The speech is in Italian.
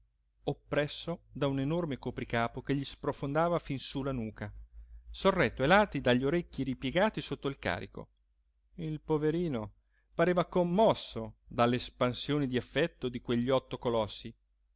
oppresso da un enorme copricapo che gli sprofondava fin su la nuca sorretto ai lati dagli orecchi ripiegati sotto il carico il poverino pareva commosso dalle espansioni di affetto di quegli otto colossi